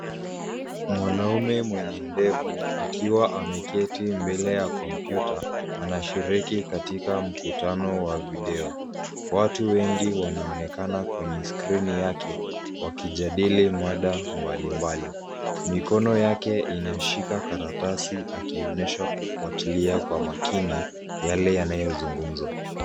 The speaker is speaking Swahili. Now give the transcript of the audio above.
Mwanaume mwenye ndevu akiwa ameketi mbele ya kompyuta anashiriki katika mkutano wa video. Watu wengi wanaonekana kwenye skrini yake wakijadili mada mbalimbali. Mikono yake inashika karatasi akionyesha kufuatlia kwa makini yale yanayozungumzwa.